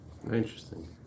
interesting